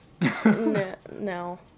No